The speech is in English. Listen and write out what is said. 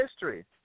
history